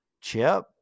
Chip